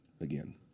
again